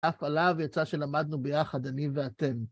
אף עליו יצא שלמדנו ביחד, אני ואתם.